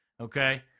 Okay